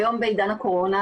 היום בעידן הקורונה,